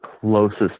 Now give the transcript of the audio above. closest